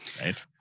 Right